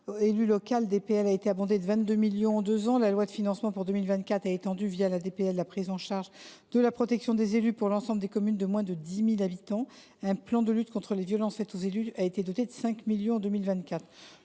élu local » (DPEL) a été abondée de 22 millions d’euros en deux ans. La loi de finances pour 2024 a étendu, la DPEL, la prise en charge de la protection des élus pour l’ensemble des communes de moins de 10 000 habitants. Un plan de lutte contre les violences faites aux élus a été doté de 5 millions d’euros